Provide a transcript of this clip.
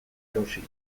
erosi